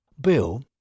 Bill